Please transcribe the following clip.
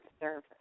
service